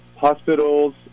hospitals